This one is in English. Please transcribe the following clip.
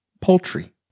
poultry